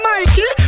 Mikey